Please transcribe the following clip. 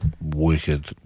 wicked